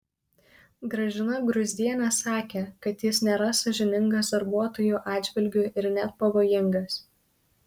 gražina gruzdienė sakė kad jis nėra sąžiningas darbuotojų atžvilgiu ir net pavojingas